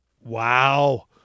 Wow